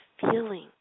feeling